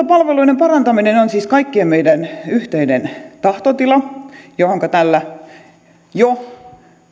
palveluiden parantaminen on siis kaikkien meidän yhteinen tahtotila missä näillä jo